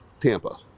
Tampa